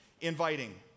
inviting